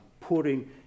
putting